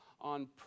on